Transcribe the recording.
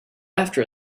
after